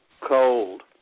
cold